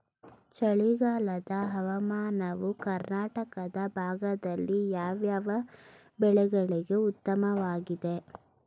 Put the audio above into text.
ಚಳಿಗಾಲದ ಹವಾಮಾನವು ಕರ್ನಾಟಕದ ಭಾಗದಲ್ಲಿ ಯಾವ್ಯಾವ ಬೆಳೆಗಳಿಗೆ ಉತ್ತಮವಾಗಿದೆ?